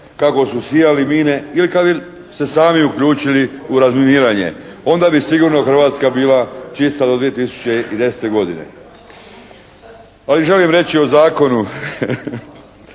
kako su sijali mine ili kad bi se sami uključili u razminiranje. Onda bi sigurno Hrvatska bila čista do 2010. godine. Ali želim reći o zakonu,